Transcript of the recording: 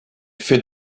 fait